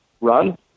run